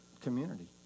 community